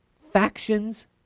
factions